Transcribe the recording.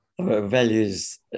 values